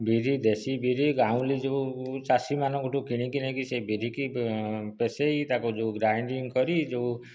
ବିରି ଦେଶୀ ବିରି ଗାଉଁଲି ଯେଉଁ ଚାଷୀ ମାନଙ୍କଠୁ କିଣି କିଣି ସେ ବିରି କି ପେଷାଇ ତାକୁ ଯେଉଁ ଗ୍ରାଇଣ୍ଡିଙ୍ଗ କରି ଯେଉଁ